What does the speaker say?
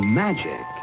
magic